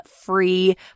free